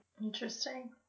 Interesting